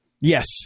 Yes